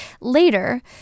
Later